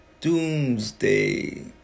doomsday